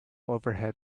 overhead